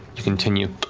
you continue